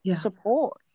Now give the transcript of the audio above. support